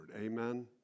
Amen